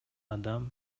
адам